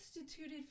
instituted